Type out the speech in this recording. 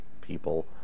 people